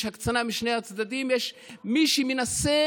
יש הקצנה בשני הצדדים ויש מי שמנסה